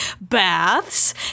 baths